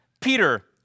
Peter